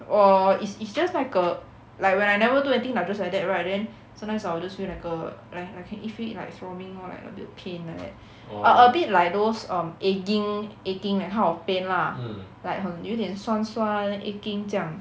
or is is just like a like when I never do anything I just like that right then sometimes I will just feel like a like I can feel it like throbbing lor like a bit pain like that a bit like those um aching aching that kind of pain lah like 很有一点酸酸 aching 这样